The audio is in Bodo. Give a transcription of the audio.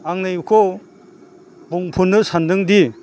आं नैबेखौ बुंफोरनो सानदोंदि